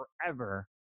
forever